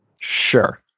sure